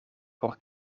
por